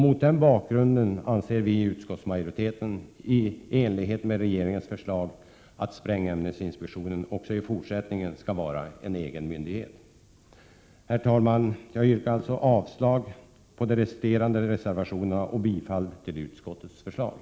Mot den bakgrunden anser vi i utskottsmajoriteten, i enlighet med regeringens förslag, att sprängämnesinspektionen också i fortsättningen skall vara en egen myndighet. Herr talman! Jag yrkar alltså avslag på de resterande reservationerna och bifall till utskottets hemställan.